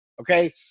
okay